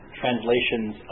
translations